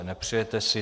Nepřejete si.